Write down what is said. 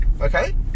okay